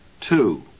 Two